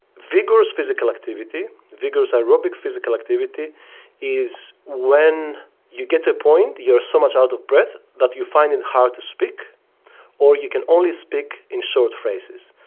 vigorous physical activity, vigorous aerobic physical activity is when you get to a point you are so much out of breath that you find it hard to speak or you can only speak in short phrases.